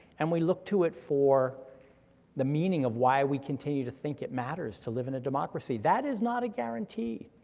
and we look to it for the meaning of why we continue to think it matters to live in a democracy, that is not a guarantee,